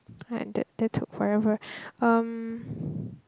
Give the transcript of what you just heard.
alright that that took forever um